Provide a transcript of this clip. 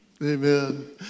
Amen